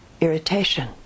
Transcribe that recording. irritation